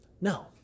No